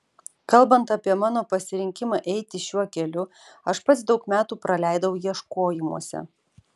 kalbant apie mano pasirinkimą eiti šiuo keliu aš pats daug metų praleidau ieškojimuose